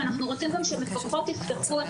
ואנחנו רוצים גם שהמפקחות יפתחו את